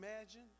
imagine